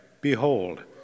Behold